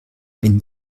wenn